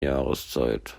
jahreszeit